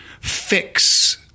fix